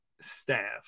staff